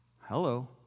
Hello